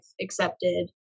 accepted